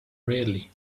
readily